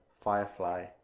Firefly